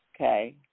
Okay